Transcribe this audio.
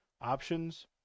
options